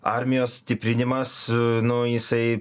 armijos stiprinimas nu jisai